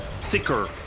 thicker